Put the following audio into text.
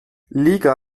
liga